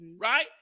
right